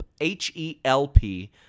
H-E-L-P